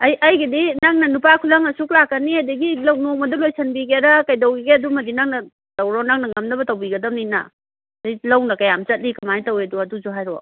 ꯑꯩꯒꯤꯗꯤ ꯅꯪꯅ ꯅꯨꯄꯥ ꯈꯨꯂꯪ ꯑꯁꯨꯛ ꯂꯥꯛꯀꯅꯤ ꯑꯗꯒꯤ ꯅꯣꯡꯃꯗ ꯂꯣꯏꯁꯟꯕꯤꯒꯦꯔ ꯀꯩꯗꯧꯒꯦꯒꯦ ꯑꯗꯨꯃꯗꯤ ꯅꯪꯅ ꯇꯧꯔꯣ ꯅꯪꯅ ꯉꯝꯅꯕ ꯇꯧꯕꯤꯒꯗꯝꯅꯤꯅ ꯑꯗꯩ ꯂꯧꯅ ꯀꯌꯥꯝ ꯆꯠꯂꯤ ꯀꯃꯥꯏ ꯇꯧꯔꯦꯗꯣ ꯑꯗꯨꯁꯨ ꯍꯥꯏꯔꯛꯑꯣ